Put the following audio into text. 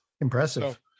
Impressive